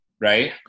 Right